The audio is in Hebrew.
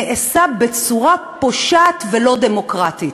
נעשה בצורה פושעת ולא דמוקרטית,